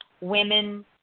women